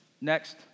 Next